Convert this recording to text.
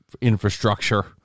infrastructure